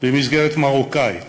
למסגרת מרוקאית